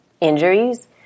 injuries